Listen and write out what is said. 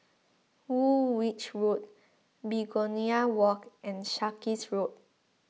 Woolwich Road Begonia Walk and Sarkies Road